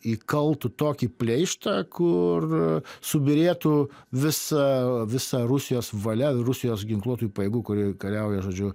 įkaltų tokį pleištą kur subyrėtų visa visa rusijos valia rusijos ginkluotųjų pajėgų kurie kariauja žodžiu